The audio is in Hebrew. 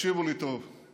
ותקשיבו לי טוב: